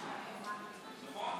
נכון,